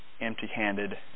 empty-handed